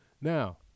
Now